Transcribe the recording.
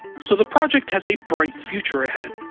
so the project has a bright future ahead.